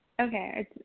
okay